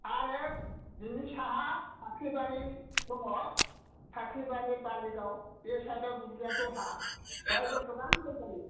आरो बेनि साहा फाख्रिबारि दङ फाख्रिबारि बालिगाव बे साइडआव दुब्लिया दहला बेवहायबो गोबां माइ जायो